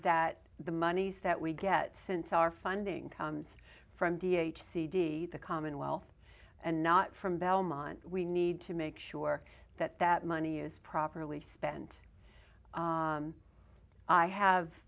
that the monies that we get since our funding comes from d h cd the commonwealth and not from belmont we need to make sure that that money is properly spent i have